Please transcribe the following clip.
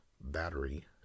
battery